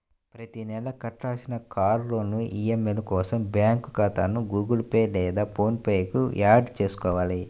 ప్రతి నెలా కట్టాల్సిన కార్ లోన్ ఈ.ఎం.ఐ కోసం బ్యాంకు ఖాతాను గుగుల్ పే లేదా ఫోన్ పే కు యాడ్ చేసుకోవాలి